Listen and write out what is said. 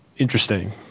interesting